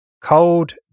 cold